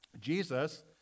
Jesus